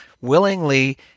willingly